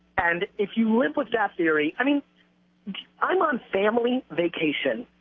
and if you live with that theory, i mean i'm on family vacation.